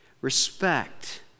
Respect